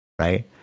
right